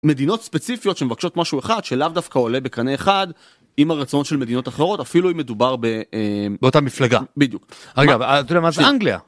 מדינות ספציפיות מבקשות משהו אחד שלאו דווקא עולה בקנה אחד עם הרצון של מדינות אחרות אפילו אם מדובר באותה מפלגה בדיוק..אגב.. אנגליה